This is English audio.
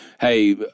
hey